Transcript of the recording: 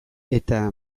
eta